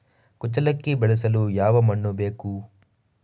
ಕುಚ್ಚಲಕ್ಕಿ ಬೆಳೆಸಲು ಯಾವ ಮಣ್ಣು ಬೇಕು?